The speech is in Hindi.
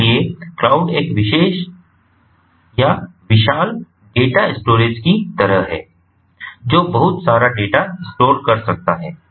इसलिए क्लाउड एक विशाल डेटा स्टोरेज की तरह है जो बहुत सारा डेटा स्टोर कर सकता है